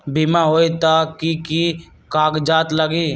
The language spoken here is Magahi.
बिमा होई त कि की कागज़ात लगी?